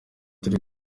turi